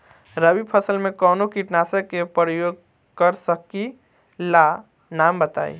रबी फसल में कवनो कीटनाशक के परयोग कर सकी ला नाम बताईं?